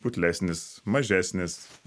putlesnis mažesnis